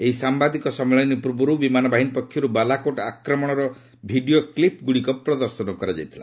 ଏହି ସାମ୍ବାଦିକ ସମ୍ମିଳନୀ ପୂର୍ବରୁ ବିମାନ ବାହିନୀ ପକ୍ଷରୁ ବାଲାକୋଟ୍ ଆକ୍ରମଣର ଭିଡ଼ିଓକ୍ଲିପ୍ଗୁଡ଼ିକ ପ୍ରଦର୍ଶନ କରାଯାଇଥିଲା